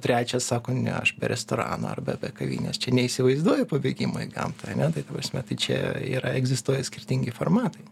trečias sako ne aš be restorano arba be kavinės čia neįsivaizduoju pabėgimo į gamta ane tai ta prasme tai čia yra egzistuoja skirtingi formatai